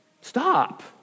stop